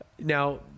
Now